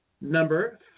number